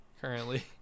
currently